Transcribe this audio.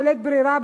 בלית ברירה,